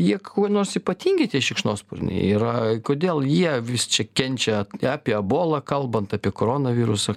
jie kuo nors ypatingi tie šikšnosparniai yra kodėl jie vis čia kenčia apie ebolą kalbant apie koronavirusą